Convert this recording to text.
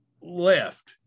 left